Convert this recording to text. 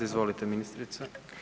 Izvolite ministrice.